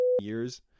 years